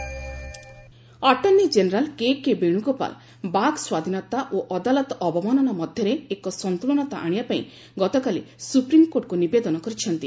ଗଭ୍ ଏସ୍ସି attorney general KK Venugopal ବାକ୍ ସ୍ୱାଧୀନତା ଓ ଅଦାଲତ ଅବମାନନା ମଧ୍ୟରେ ଏକ ସନ୍ତୁଳନତା ଆଶିବା ପାଇଁ ଗତକାଲି ସୁପ୍ରିମକୋର୍ଟଙ୍କୁ ନିବେଦନ କରିଛନ୍ତି